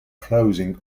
closing